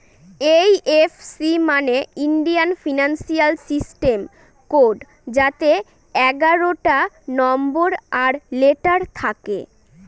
IFC মানে Indian financial system code যাতে এগারোটা নম্বর আর লেটার থাকে